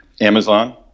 Amazon